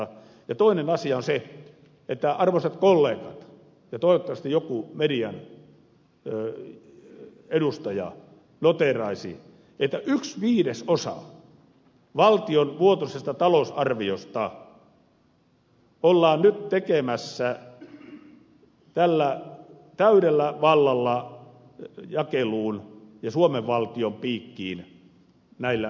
ja toinen asia on se että arvoisat kollegat ja toivottavasti joku median edustaja noteeraisivat että yksi viidesosa valtion vuotuisesta talousarviosta ollaan nyt antamassa tällä täydellä vallalla jakeluun ja panemassa suomen valtion piikkiin näillä käsittelyillä